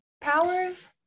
powers